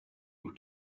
who